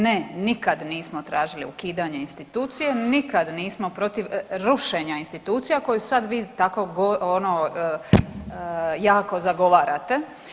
Ne, nikada nismo tražili ukidanje institucije, nikad nismo protiv rušenja institucija koju sad vi tako ono jako zagovarate.